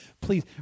Please